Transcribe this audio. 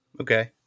okay